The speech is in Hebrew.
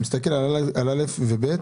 אני מסתכל על א' ועל ב'.